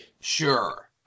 Sure